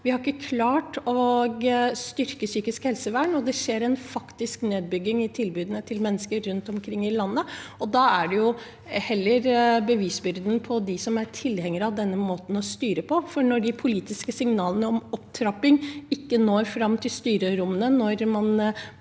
har klart å styrke psykisk helsevern, og det skjer faktisk en nedbygging av tilbudene til mennesker rundt omkring i landet. Da ligger heller bevisbyrden på dem som er tilhengere av denne måten å styre på. Når de politiske signalene om opptrapping ikke når fram til styrerommene når man